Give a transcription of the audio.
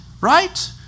right